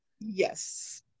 Yes